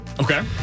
Okay